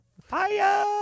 fire